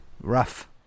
Rough